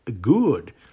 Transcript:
good